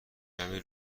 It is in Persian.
کمی